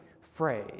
phrase